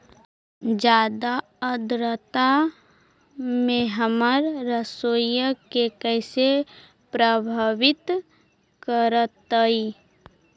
जादा आद्रता में हमर सरसोईय के कैसे प्रभावित करतई?